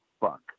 fuck